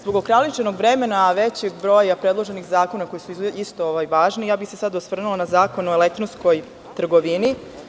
Zbog ograničenog vremena, a većeg broja predloženih zakona koji su isto važni, osvrnula bi se na zakon o elektronskoj trgovini.